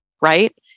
right